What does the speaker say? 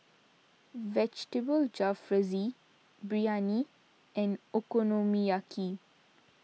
Vegetable Jalfrezi Biryani and Okonomiyaki